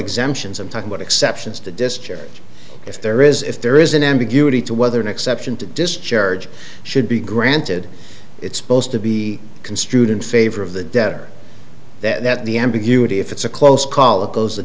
exemptions i'm talking about exceptions to discharge if there is if there is an ambiguity to whether an exception to discharge should be granted it's supposed to be construed in favor of the debtor that the ambiguity if it's a close call it goes the